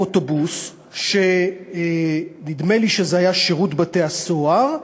נדמה לי שזה היה אוטובוס של שירות בתי-הסוהר,